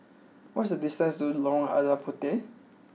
what is the distance to Lorong Lada Puteh